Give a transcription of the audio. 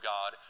God